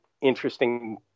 interesting